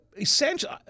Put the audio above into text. essentially